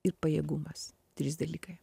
ir pajėgumas trys dalykai